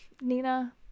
nina